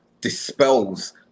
dispels